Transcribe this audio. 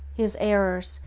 his errors,